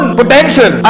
potential